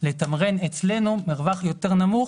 לתמרן אצלנו, מרווח נמוך יותר.